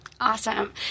Awesome